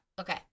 Okay